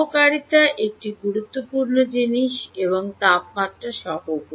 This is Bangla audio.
সহকারীতা একটি গুরুত্বপূর্ণ জিনিস এবং তাপমাত্রা সহগ